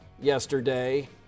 yesterday